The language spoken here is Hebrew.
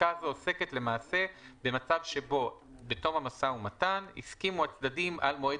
הפסקה הזאת עוסקת למעשה במצב שבו בתום המשא ומתן הסכימו הצדדים על מועד